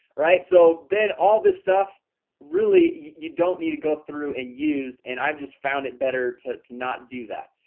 right? so then all this stuff really you don't need to go through and use and i've just found it better to to not do that.